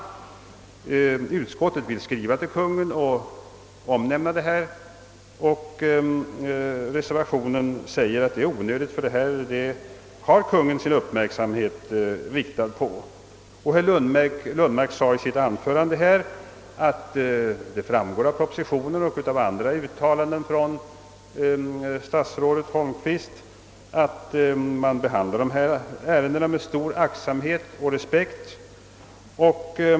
Skillnaden är att utskottet vill skriva till Kungl. Maj:t, medan det i reservationen framhålles att detta är onödigt, eftersom Kungl. Maj:t har sin uppmärksamhet riktad på saken. Herr Lundmark underströk också i sitt anförande att det av propositionen och andra uttalanden av statsrådet Holmqvist framgår, att dessa ärenden behandlas med stor försiktighet och respekt.